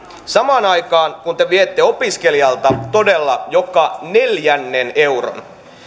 samaan aikaan kun te viette opiskelijalta todella joka neljännen euron